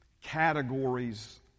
categories